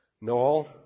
Noel